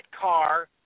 car